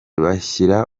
bashyira